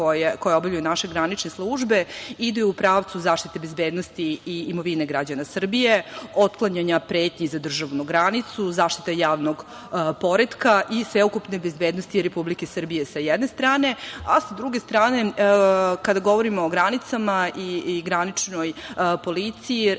koje obavljaju naše granične službe, idu u pravcu zaštite bezbednosti i imovine građana Srbije, otklanjanja pretnji za državnu granicu, zaštita javnog poretka i sveukupne bezbednosti Republike Srbije, sa jedne strane. Sa druge strane, kada govorimo o granicama i graničnoj policiji,